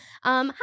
Hi